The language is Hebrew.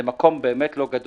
זה מקום באמת לא גדול.